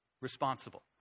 responsible